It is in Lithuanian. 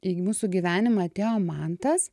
į mūsų gyvenimą atėjo mantas